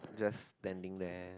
just standing there